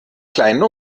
kleinen